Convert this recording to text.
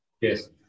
Yes